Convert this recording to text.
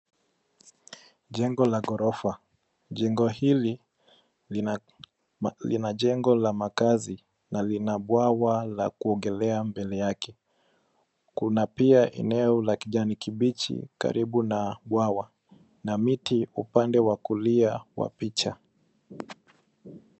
Jengo la ghorofa, jengo hili lina jengo la makazi na lina bwawa la kuogelea mbele yake. Kuna pia eneo la kijani kibichi karibu na bwawa na miti upande wa kulia wa picha.